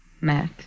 Matt